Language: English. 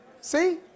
See